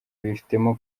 bifitemo